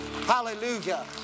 hallelujah